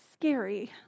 scary